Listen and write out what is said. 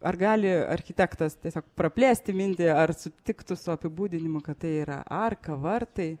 ar gali architektas tiesiog praplėsti mintį ar sutiktų su apibūdinimu kad tai yra arka vartai